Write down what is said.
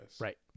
right